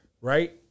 right